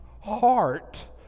heart